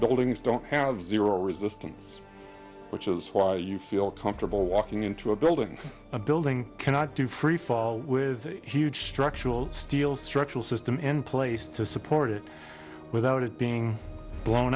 buildings don't have zero resistance which is why you feel comfortable walking into a building a building cannot do freefall with a huge structural steel structural system in place to support it without it being blown